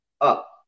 up